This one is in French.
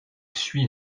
suit